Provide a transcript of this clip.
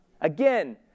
Again